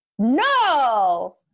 No